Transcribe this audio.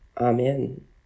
Amen